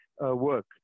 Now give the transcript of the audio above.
work